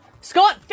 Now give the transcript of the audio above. Scott